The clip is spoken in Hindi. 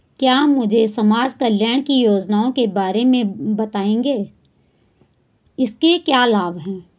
क्या मुझे समाज कल्याण की योजनाओं के बारे में बताएँगे इसके क्या लाभ हैं?